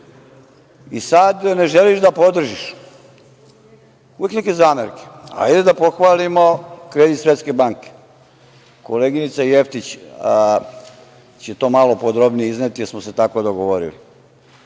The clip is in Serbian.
ne želiš da podržiš, uvek neke zamerke. Hajde da pohvalimo kredit Svetske banke. Koleginica Jevtić će to malo podrobnije izneti, jer smo se tako dogovorili.